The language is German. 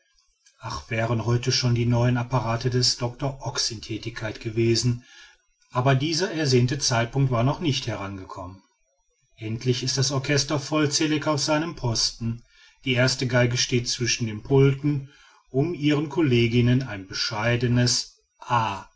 ach wären heute schon die neuen apparate des herrn doctor ox in thätigkeit gewesen aber dieser ersehnte zeitpunkt war noch nicht herangekommen endlich ist das orchester vollzählig auf seinem posten die erste geige steht zwischen den pulten um ihren colleginnen ein bescheidenes a